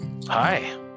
Hi